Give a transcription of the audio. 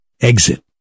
exit